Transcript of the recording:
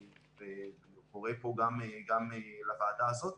ואני קורא פה גם לוועדה הזאת,